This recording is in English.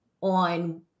on